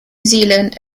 zealand